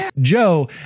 joe